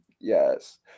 yes